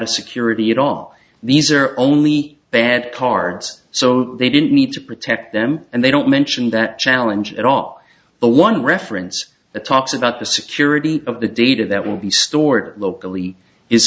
a security at all these are only bad cards so they didn't need to protect them and they don't mention that challenge at all the one reference that talks about the security of the data that will be stored locally is